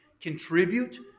contribute